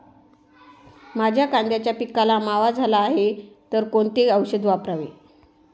माझ्या कांद्याच्या पिकाला मावा झाला आहे तर कोणते औषध वापरावे?